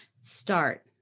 start